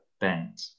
bent